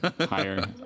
higher